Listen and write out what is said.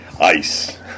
ice